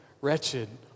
Wretched